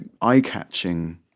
eye-catching